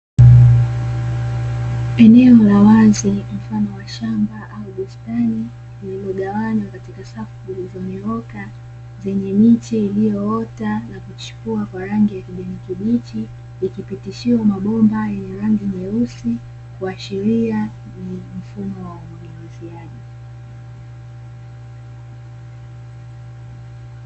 Eneo la wazi mfano wa shamba au bustani lililogawanywa katika safu zilizonyooka, zenye miche iliyoota na kuchipua kwa rangi ya kijani kibichi, ikipitishiwa mabomba yenye rangi nyeusi, kuashiria ni mfumo wa umwagiliziaji.